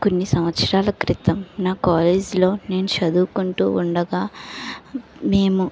కొన్ని సంవత్సరాల క్రితం నా కాలేజ్లో నేను చదువుకుంటూ ఉండగా మేము